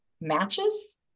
matches